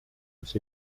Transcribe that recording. kus